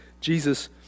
Jesus